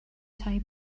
tai